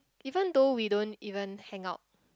even though we don't even hangout